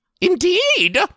Indeed